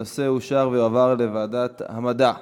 הנושא אושר ויועבר לוועדת המדע והטכנולוגיה.